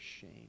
shame